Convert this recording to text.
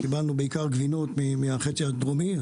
קיבלנו בעיקר גבינות מהחצי הדרומי של הכדור,